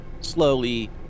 slowly